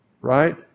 right